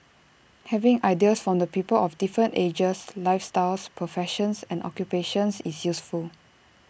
having ideas from the people of different ages lifestyles professions and occupations is useful